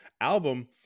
album